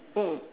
mm